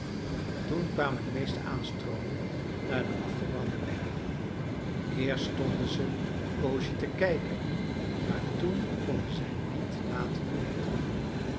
toen kwamen de meesten aanstroomen naar den afgebranden berg eerst stonden ze een poosje te kijken maar toen konden zij niet laten meê te doen